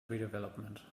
redevelopment